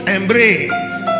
embrace